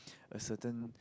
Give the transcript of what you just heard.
a certain